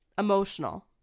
Emotional